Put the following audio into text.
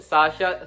Sasha